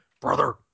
Brother